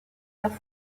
leurs